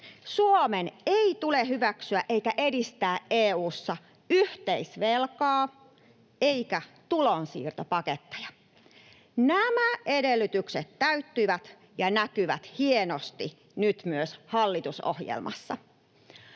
Suomen ei tule hyväksyä eikä edistää EU:ssa yhteisvelkaa eikä tulonsiirtopaketteja. Nämä edellytykset täyttyivät ja näkyvät hienosti nyt myös hallitusohjelmassa.